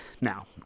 now